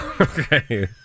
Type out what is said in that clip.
Okay